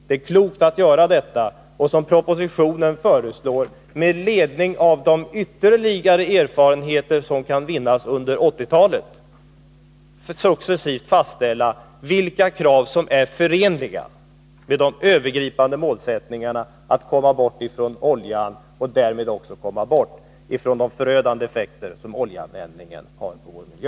Det är klokt att göra detta och, som propositionen föreslår, med ledning av de ytterligare erfarenheter som kan vinnas under 1980-talet successivt fastställa vilka krav som är förenliga med det övergripande målet att komma bort från oljan och därmed också från de förödande effekter som oljan har på vår miljö.